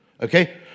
Okay